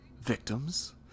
Victims